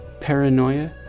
paranoia